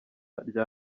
rya